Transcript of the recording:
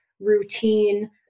routine